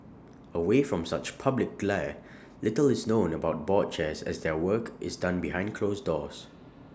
away from such public glare little is known about board chairs as their work is done behind closed doors